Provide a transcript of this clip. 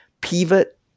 pivot